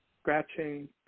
scratching